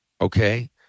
Okay